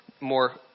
more